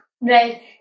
Right